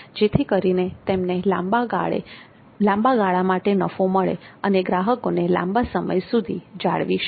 જેથી કરીને તેમને લાંબા ગાળા માટે નફો મળે અને ગ્રાહકોને લાંબા સમય સુધી જાળવી શકાય